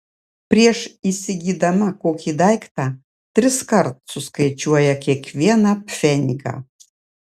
prieš įsigydama kokį daiktą triskart suskaičiuoja kiekvieną pfenigą